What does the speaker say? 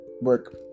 work